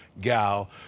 gal